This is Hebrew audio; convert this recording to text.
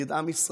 נגד עם ישראל,